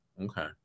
Okay